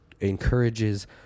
Encourages